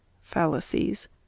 fallacies